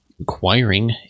acquiring